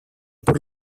por